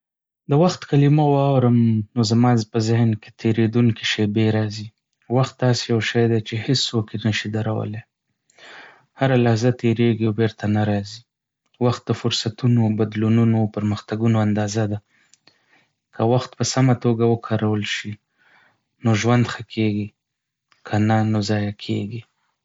د وخت کلمه واورم، نو زما په ذهن کې تېریدونکې شېبې راځي. وخت داسې یو شی دی چې هیڅ څوک یې نشي درولی. هره لحظه تېرېږي او بیرته نه راځي. وخت د فرصتونو، بدلونونو او پرمختګونو اندازه ده. که وخت په سمه توګه وکارول شي، نو ژوند ښه کېږي، که نه نو ضایع کېږي.